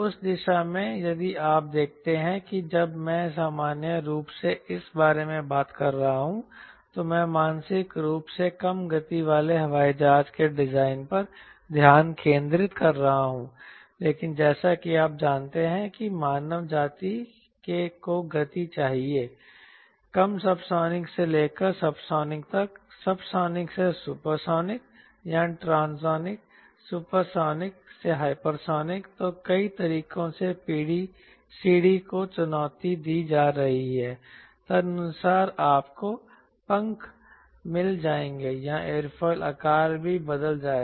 उस दिशा में यदि आप देखते हैं कि जब मैं सामान्य रूप से इस बारे में बात कर रहा हूं तो मैं मानसिक रूप से कम गति वाले हवाई जहाज के डिजाइन पर ध्यान केंद्रित कर रहा हूं लेकिन जैसा कि आप जानते हैं कि मानव जाति को गति चाहिए कम सबसोनिक से लेकर सबसोनिक तक सबसोनिक से सुपरसोनिक या ट्रांसजेंडर सुपरसोनिक हाइपरसोनिक तो कई तरीकों से सीढ़ी को चुनौती दी जा रही है तदनुसार आपको पंख मिल जाएंगे या एयरोफिल आकार भी बदल जाएगा